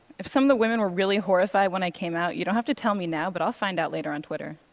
if some of the women were really horrified when i came out, you don't have to tell me now, but i'll find out later on twitter.